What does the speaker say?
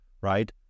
right